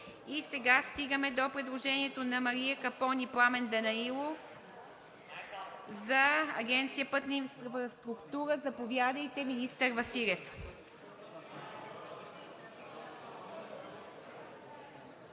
И сега стигаме до предложението на Мария Капон и Пламен Данаилов за Агенция „Пътна инфраструктура“. Заповядайте, министър Василев.